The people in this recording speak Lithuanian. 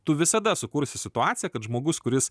tu visada sukursi situaciją kad žmogus kuris